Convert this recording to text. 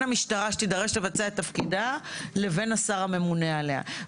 המשטרה שתידרש לבצע את תפקידה לבין השר הממונה עליה.